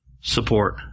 support